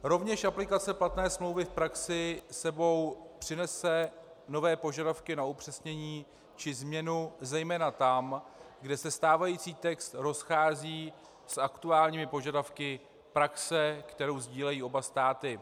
Rovněž aplikace smlouvy v praxi s sebou přinese nové požadavky na upřesnění či změnu zejména tam, kde se stávající text rozchází s aktuálními požadavky praxe, kterou sdílejí oba státy.